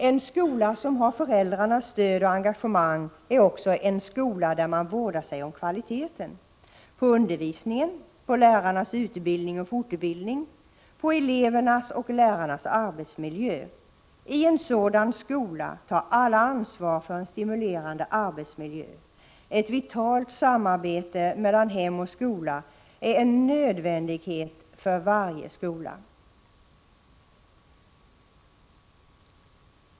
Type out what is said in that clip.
En skola som har föräldrarnas stöd och engagemang är också en skola där man vårdar sig om kvaliteten — på undervisningen, på lärarnas utbildning och fortbildning, på elevernas och lärarnas arbetsmiljö. I en sådan skola tar alla ansvar för en stimulerande arbetsmiljö. Ett vitalt samarbete mellan hem och skola är en nödvändighet för varje skola.